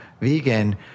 vegan